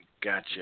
Gotcha